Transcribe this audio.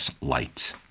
light